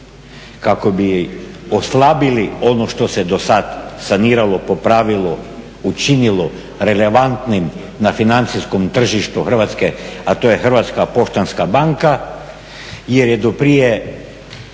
kako bi oslabili ono što se do sad saniralo, popravilo, učinilo relevantnim na financijskom tržištu Hrvatske, a to je Hrvatska poštanska banka jer je do prije